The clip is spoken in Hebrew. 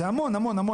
זה המון, המון.